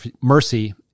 mercy